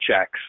checks